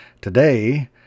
today